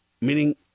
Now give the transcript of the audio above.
meaning